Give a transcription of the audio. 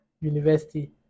university